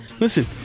listen